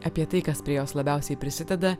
apie tai kas prie jos labiausiai prisideda